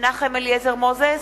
מנחם אליעזר מוזס,